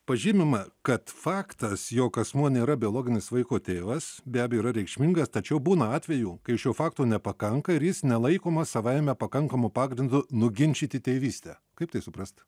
pažymima kad faktas jog asmuo nėra biologinis vaiko tėvas be abejo yra reikšmingas tačiau būna atvejų kai šio fakto nepakanka ir jis nelaikomas savaime pakankamu pagrindu nuginčyti tėvystę kaip tai suprast